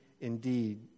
indeed